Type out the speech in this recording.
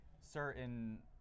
certain